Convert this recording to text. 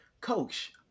Coach